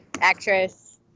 actress